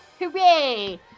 Hooray